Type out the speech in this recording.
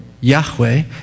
Yahweh